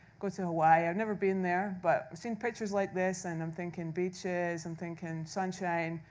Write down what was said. go to hawaii. i've never been there, but i've seen pictures like this. and i'm thinking beaches, i'm thinking sunshine.